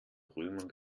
römern